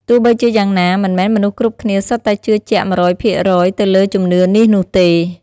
ទោះបីជាយ៉ាងណា មិនមែនមនុស្សគ្រប់គ្នាសុទ្ធតែជឿជាក់ ១០០ភាគរយទៅលើជំនឿនេះនោះទេ។